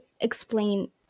explain